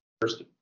first